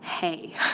Hey